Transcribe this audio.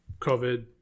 COVID